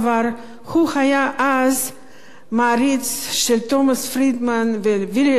הוא היה אז מעריץ של תומס פרידמן ווילהלם האייק,